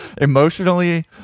emotionally